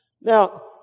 Now